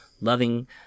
loving